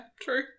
true